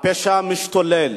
הפשע משתולל,